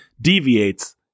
deviates